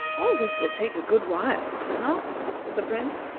all this will take a good while, will it not? said the prince.